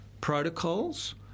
protocols